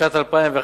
בשנת 2011,